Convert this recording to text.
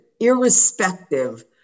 irrespective